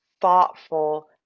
thoughtful